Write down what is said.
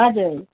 हजुर